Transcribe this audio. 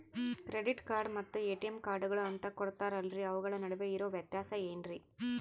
Credit card ಮತ್ತ ATM ಕಾರ್ಡುಗಳು ಅಂತಾ ಕೊಡುತ್ತಾರಲ್ರಿ ಅವುಗಳ ನಡುವೆ ಇರೋ ವ್ಯತ್ಯಾಸ ಏನ್ರಿ?